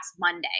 Monday